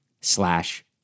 slash